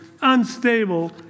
unstable